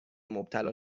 مبتلا